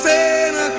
Santa